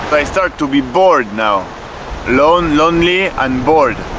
but i start to be bored now alone, lonely and bored.